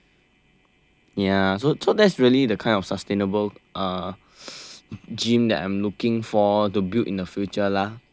ya so so that's really the kind of sustainable uh gym that I'm looking for to build in the future lah